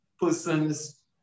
persons